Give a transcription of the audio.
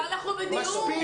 אבל אנחנו בדיון.